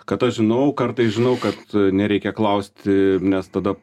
kad aš žinau kartais žinau kad nereikia klausti nes tada